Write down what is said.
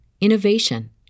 innovation